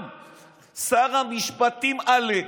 גם שר המשפטים, עאלק,